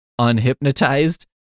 unhypnotized